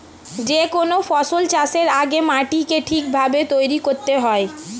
যে কোনো ফসল চাষের আগে মাটিকে ঠিক ভাবে তৈরি করতে হয়